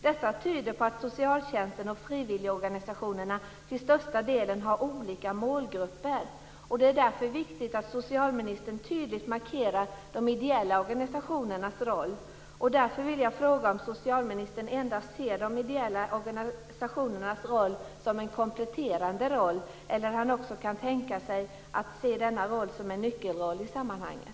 Detta tyder på att socialtjänsten och frivilligorganisationerna till största delen har olika målgrupper. Det är därför viktigt att socialministern tydligt markerar de ideella organisationernas roll. Därför vill jag fråga om socialministern ser de ideella organisationernas roll endast som en kompletterande roll eller om han också kan tänka sig att se denna roll som en nyckelroll i sammanhanget.